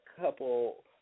couple